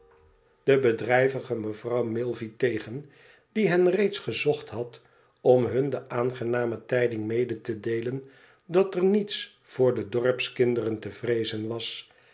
mevrouw milvey tegen die hen reeds gezocht had om hmi de aangename tijding mede te deelen dat er niets voor de dorpskinderen te vreezen was